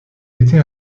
était